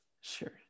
Sure